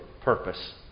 purpose